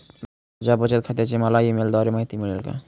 माझ्या बचत खात्याची मला ई मेलद्वारे माहिती मिळेल का?